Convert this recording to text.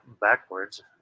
backwards